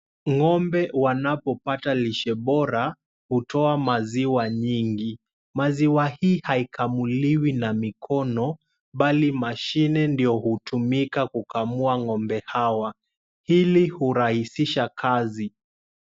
Ng'ombe wanapopata lishe bora hutoa maziwa nyingi, maziwa hii haikamuliwi na mikono mbali mashine ndio hutumika kukamua ng'ombe hawa hili hurahisisha kazi.